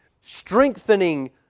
strengthening